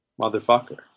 motherfucker